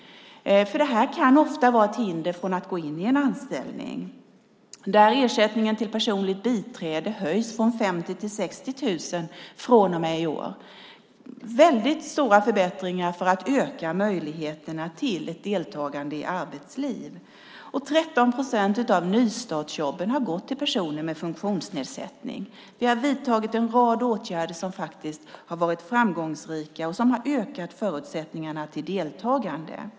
Det här kan ofta vara ett hinder för att gå in i en anställning. Ersättningen till personligt biträde höjs från 50 000 till 60 000 från och med i år. Det är stora förbättringar för att öka möjligheterna till ett deltagande i arbetslivet. 13 procent av nystartsjobben har också gått till personer med funktionsnedsättning. Vi har vidtagit en rad åtgärder som har varit framgångsrika och som har ökat förutsättningarna för deltagande.